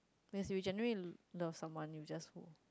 which you generally love someone you just hold